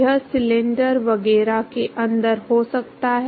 यह सिलेंडर वगैरह के अंदर हो सकता है